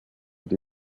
die